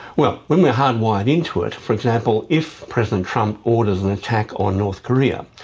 well, when we're hardwired into it, for example if president trump orders an attack on north korea,